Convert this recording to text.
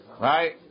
Right